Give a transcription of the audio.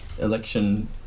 election